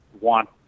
want